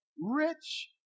rich